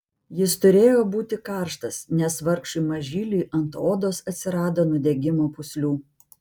jis turėjo būti karštas nes vargšui mažyliui ant odos atsirado nudegimo pūslių